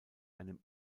einem